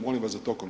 Molim vas da to